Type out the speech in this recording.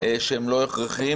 שהם לא הכרחיים,